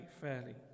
fairly